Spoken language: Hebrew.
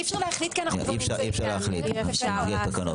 אנחנו במסגרת של תקנות.